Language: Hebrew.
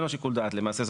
אין לו שיקול דעת למעשה.